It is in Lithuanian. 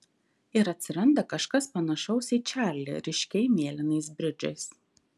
ir atsiranda kažkas panašaus į čarlį ryškiai mėlynais bridžais